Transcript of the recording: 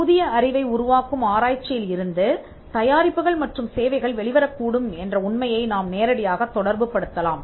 புதிய அறிவை உருவாக்கும் ஆராய்ச்சியில் இருந்து தயாரிப்புகள் மற்றும் சேவைகள் வெளிவரக் கூடும் என்ற உண்மையை நாம் நேரடியாக தொடர்புபடுத்தலாம்